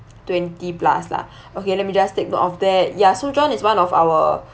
twenty plus lah okay let me just take note of that ya so john is one of our